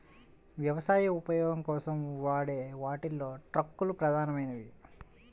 వ్యవసాయ ఉపయోగం కోసం వాడే వాటిలో ట్రక్కులు ప్రధానమైనవి